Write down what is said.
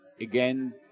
Again